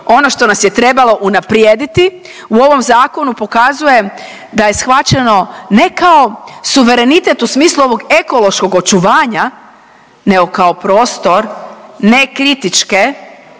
ono što nas je trebalo unaprijediti u ovom zakonu pokazuje da je shvaćeno ne kao suverenitet u smislu ovog ekološkog očuvanja nego kao prostor nekritičke